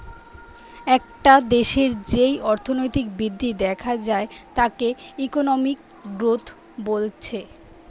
একটা দেশের যেই অর্থনৈতিক বৃদ্ধি দেখা যায় তাকে ইকোনমিক গ্রোথ বলছে